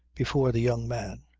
before the young man,